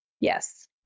Yes